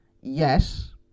yes